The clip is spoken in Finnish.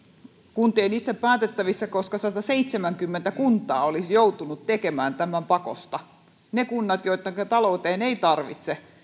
kuntien itse päätettävissä koska sataseitsemänkymmentä kuntaa olisi joutunut tekemään tämän pakosta ne kunnat joittenka talouteen sitä ei